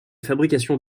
fabrication